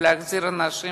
ולהחזיר אנשים